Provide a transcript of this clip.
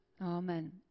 Amen